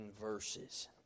verses